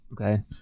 Okay